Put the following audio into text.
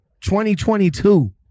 2022